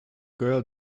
girl